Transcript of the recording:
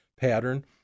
pattern